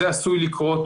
זה עשוי לקרות